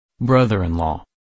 brother-in-law